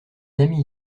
ami